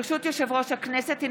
ברשות יושב-ראש הכנסת,